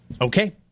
Okay